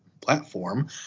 platform